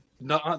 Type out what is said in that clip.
No